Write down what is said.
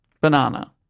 Banana